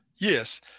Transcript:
yes